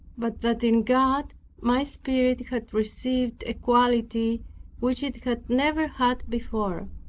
but that in god my spirit had received a quality which it had never had before.